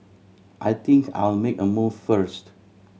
I think I'll make a move first